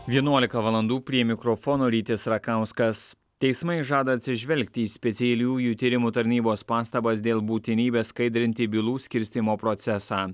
vienuolika valandų prie mikrofono rytis rakauskas teismai žada atsižvelgti į specialiųjų tyrimų tarnybos pastabas dėl būtinybės skaidrinti bylų skirstymo procesą